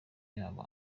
yabo